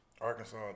Arkansas